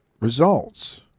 results